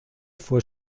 fue